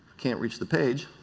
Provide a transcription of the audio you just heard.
can't reach the page.